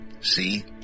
See